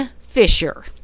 Fisher